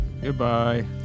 goodbye